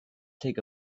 take